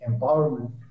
empowerment